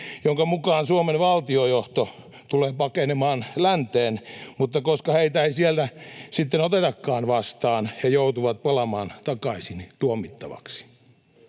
jonka mukaan Suomen valtiojohto tulee pakenemaan länteen, mutta koska heitä ei siellä sitten otetakaan vastaan, he joutuvat palaamaan takaisin tuomittavaksi.